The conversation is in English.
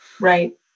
Right